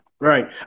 Right